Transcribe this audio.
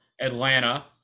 Atlanta